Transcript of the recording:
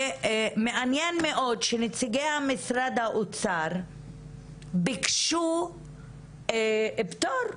מעניין מאוד שנציגי משרד האוצר ביקשו פטור,